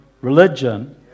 religion